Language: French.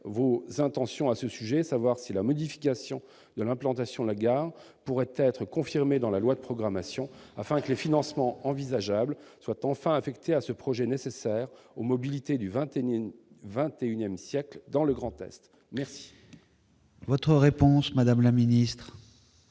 vos intentions sur ce sujet et savoir si la modification de l'implantation de la gare pourrait être confirmée dans la loi de programmation, afin que les financements envisageables soient enfin affectés à ce projet nécessaire aux mobilités du XXI siècle dans le Grand Est. La parole est à Mme la ministre.